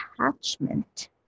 attachment